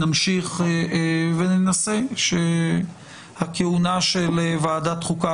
אנחנו נמשיך וננסה שהכהונה של ועדת החוקה,